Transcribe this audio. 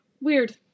weird